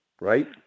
right